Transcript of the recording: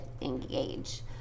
engage